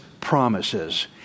promises